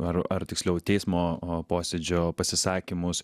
ar ar tiksliau teismo posėdžio pasisakymus